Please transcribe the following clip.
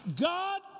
God